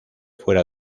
fuera